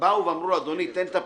אם באו ואמרו, אדוני, תן את הפרטים,